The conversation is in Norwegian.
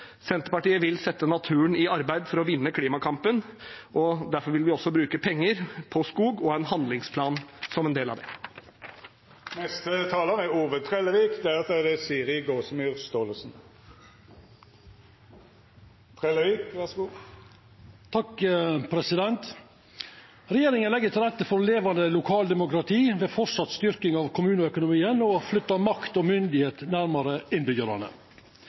Senterpartiet vil sette naturen i arbeid for å vinne klimakampen, og derfor vil vi også bruke penger på skog og en handlingsplan som en del av det. Regjeringa legg til rette for levande lokaldemokrati ved framleis å styrkja kommuneøkonomien og å flytta makt og myndigheit nærmare innbyggjarane.